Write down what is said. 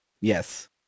Yes